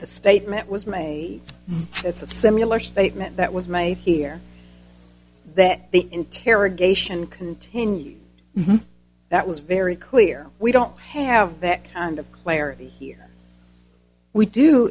the statement was made that's a similar statement that was made here that the interrogation continues that was very clear we don't have that kind of clarity